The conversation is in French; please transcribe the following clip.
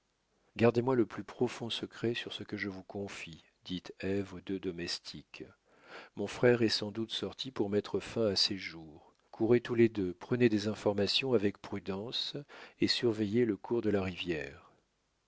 gardez-moi le plus profond secret sur ce que je vous confie dit ève aux deux domestiques mon frère est sans doute sorti pour mettre fin à ses jours courez tous les deux prenez des informations avec prudence et surveillez le cours de la rivière